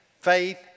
Faith